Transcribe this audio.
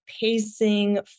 pacing